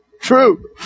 true